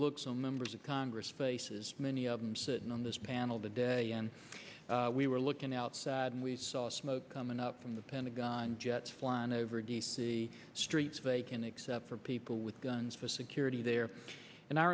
looks on members of congress faces many of them sitting on this panel today and we were looking outside and we saw smoke coming up from the pentagon jets flying over d c streets vacant except for people with guns for security there and i